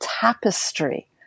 tapestry